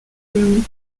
room